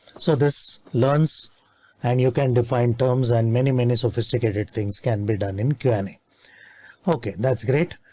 so this learns and you can define terms and many many sophisticated things can be done in canning. ok, that's great.